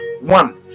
one